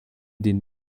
den